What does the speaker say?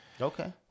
Okay